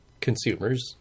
consumers